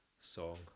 song